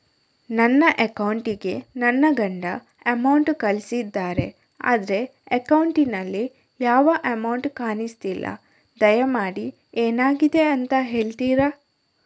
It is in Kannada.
ನನ್ನ ಅಕೌಂಟ್ ಗೆ ನನ್ನ ಗಂಡ ಅಮೌಂಟ್ ಕಳ್ಸಿದ್ದಾರೆ ಆದ್ರೆ ಅಕೌಂಟ್ ನಲ್ಲಿ ಯಾವ ಅಮೌಂಟ್ ಕಾಣಿಸ್ತಿಲ್ಲ ದಯಮಾಡಿ ಎಂತಾಗಿದೆ ಅಂತ ಹೇಳ್ತೀರಾ?